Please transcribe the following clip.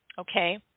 okay